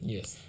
Yes